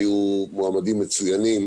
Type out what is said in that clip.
היו מועמדים מצוינים